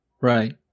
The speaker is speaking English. Right